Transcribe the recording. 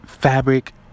fabric